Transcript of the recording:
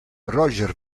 roger